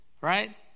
Right